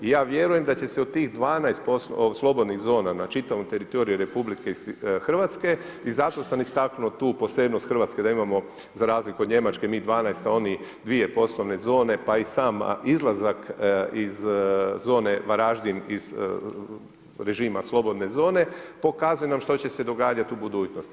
Ja vjerujem da će se u tih 12 slobodnih zona na čitavom teritoriju RH i zato sam istaknuo tu posebnost Hrvatske da imamo za razliku od Njemačke mi 12 a oni 2 poslovne zone pa i sam izlazak iz zone Varaždine iz režima slobodne zone, pokazuje što će se događati u budućnosti.